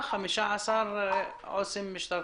15 עו"סים משטרתיים?